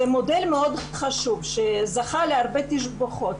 זה מודל מאוד חשוב שזכה להרבה תשבחות.